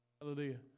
Hallelujah